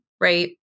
right